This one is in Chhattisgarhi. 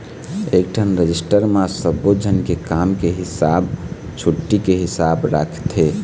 एकठन रजिस्टर म सब्बो झन के काम के हिसाब, छुट्टी के हिसाब राखथे